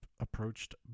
Approached